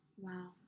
wow